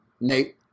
Nate